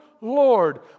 Lord